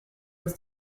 was